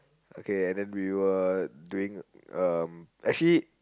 okay and then we were doing um actually